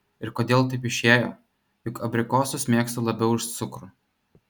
ir kodėl taip išėjo juk abrikosus mėgstu labiau už cukrų